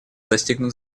достигнут